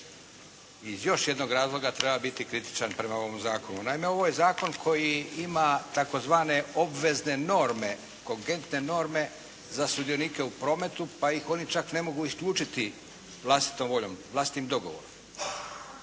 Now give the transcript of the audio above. Iz još jednog razloga treba biti kritičan prema ovom zakonu. Naime, ovo je zakon koji ima tzv. obvezne norme, kogentne norme za sudionike u prometu, pa ih oni čak ne mogu isključiti vlastitom voljom, vlastitim dogovorom.